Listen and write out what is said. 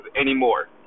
anymore